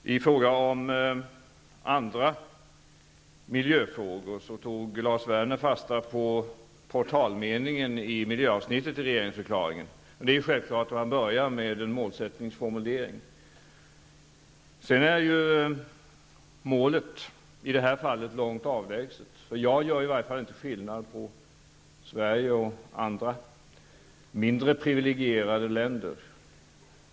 När det gäller andra miljöfrågor tog Lars Werner fasta på portalmeningen i miljöavsnittet i regeringsförklaringen. Det är självklart att man börjar med en målsättningsformulering. Sedan är ju målet i det här fallet långt avlägset. Jag gör i varje fall inte skillnad på Sverige och andra, mindre privilegierade länder.